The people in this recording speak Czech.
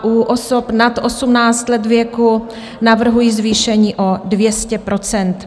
U osob nad 18 let věku navrhují zvýšení o 200 %.